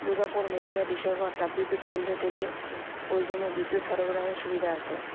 দুর্গাপুর মেজিয়া ডিসেরগড় তাপবিদ্যুৎ কেন্দ্র থেকে প্রয়োজনীয় বিদ্যুৎ সরবরাহের সুবিধা আছে